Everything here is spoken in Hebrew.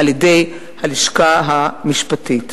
על-ידי הלשכה המשפטית.